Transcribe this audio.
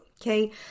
okay